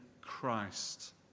Christ